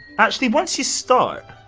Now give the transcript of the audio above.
actually, once you start.